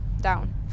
down